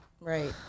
right